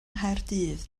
nghaerdydd